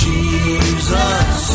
Jesus